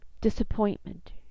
disappointment